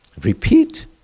repeat